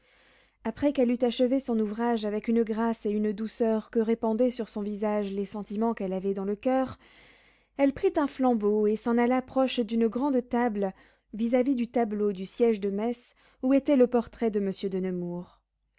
après qu'elle eut achevé son ouvrage avec une grâce et une douceur que répandaient sur son visage les sentiments qu'elle avait dans le coeur elle prit un flambeau et s'en alla proche d'une grande table vis-à-vis du tableau du siège de metz où était le portrait de monsieur de nemours